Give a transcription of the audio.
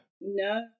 no